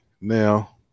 now